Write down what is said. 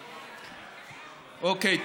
אוקיי.